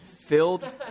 Filled